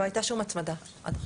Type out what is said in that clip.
לא הייתה שום הצמדה עד עכשיו.